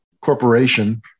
corporation